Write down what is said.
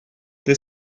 the